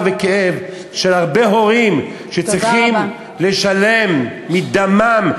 וכאב של הרבה הורים שצריכים לשלם מדמם,